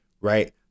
right